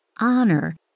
honor